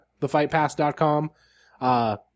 thefightpass.com